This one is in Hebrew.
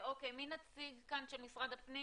מי מייצג את משרד הפנים?